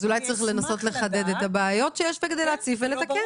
אז אולי צריך לנסות לחדד את הבעיה כדי להציף ולתקן.